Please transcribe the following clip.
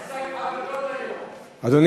אני שק חבטות היום, אדוני,